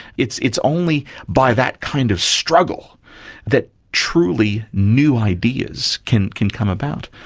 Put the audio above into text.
it's it's only by that kind of struggle that truly new ideas can can come about.